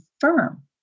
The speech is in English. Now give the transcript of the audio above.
firm